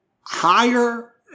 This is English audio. higher